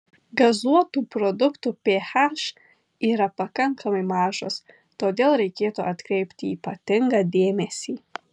gazuotų produktų ph yra pakankamai mažas todėl reikėtų atkreipti ypatingą dėmesį